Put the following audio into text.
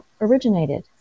originated